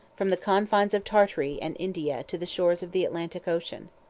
from the confines of tartary and india to the shores of the atlantic ocean.